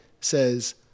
says